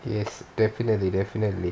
yes definitely definitely